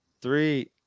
Three